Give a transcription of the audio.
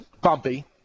bumpy